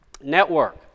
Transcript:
Network